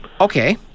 Okay